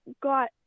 got